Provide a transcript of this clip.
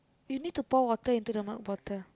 you need to pour water into the mug bottle